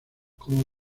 como